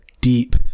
deep